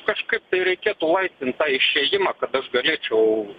kažkaip tai reikėtų laisvint tą išėjimą kad aš galėčiau